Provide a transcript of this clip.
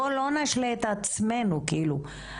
בוא לא נשלה את עצמנו, כאילו.